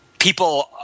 people